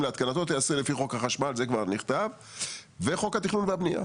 להתקנתו תיעשה לפי חוק החשמל וחוק התכנון והבנייה".